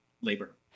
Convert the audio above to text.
labor